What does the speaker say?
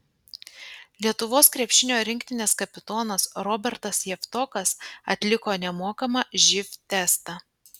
lietuvos krepšinio rinktinės kapitonas robertas javtokas atliko nemokamą živ testą